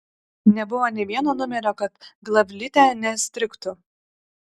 nebuvo nė vieno numerio kad glavlite nestrigtų